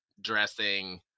dressing